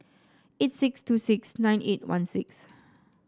eight six two six nine eight one six